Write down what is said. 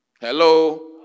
Hello